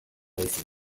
baizik